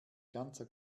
ganzer